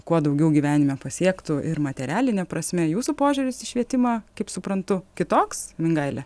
kuo daugiau gyvenime pasiektų ir materialine prasme jūsų požiūris į švietimą kaip suprantu kitoks mingaile